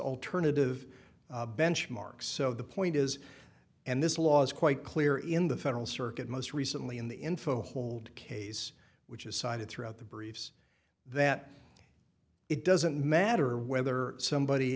alternative benchmarks so the point is and this law is quite clear in the federal circuit most recently in the info hold case which is cited throughout the briefs that it doesn't matter whether somebody